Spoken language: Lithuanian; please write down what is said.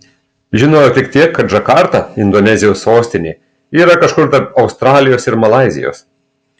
žinojau tik tiek kad džakarta indonezijos sostinė yra kažkur tarp australijos ir malaizijos